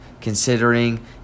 considering